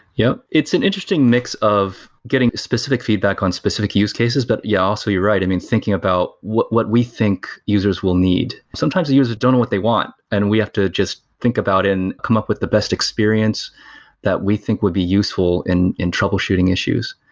yeah. it's an interesting mix of getting specific feedback on specific use cases, but yeah, also you're right. i mean, thinking about what what we think users will need. sometimes the users don't know what they want and we have to just think about and come up with the best experience that we think would be useful in in troubleshooting issues.